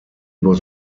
was